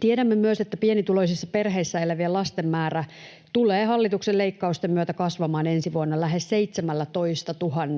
Tiedämme myös, että pienituloisissa perheissä elävien lasten määrä tulee hallituksen leikkausten myötä kasvamaan ensi vuonna lähes 17